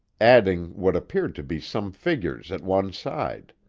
adding what appeared to be some figures at one side.